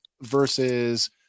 versus